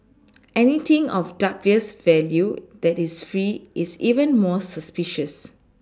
anything of dubious value that is free is even more suspicious